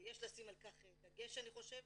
ויש לשים על כך דגש אני חושבת,